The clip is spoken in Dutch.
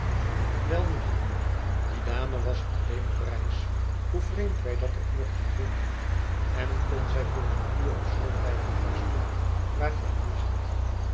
welnu dan die dame was alleen op reis hoe vreemd wij dat ook mochten vinden en kon zij voor een uur of zoo blijven rusten waar gij nu zit